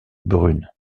brune